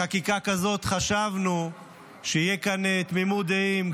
בחקיקה כזאת חשבנו שתהיה כאן תמימות דעים,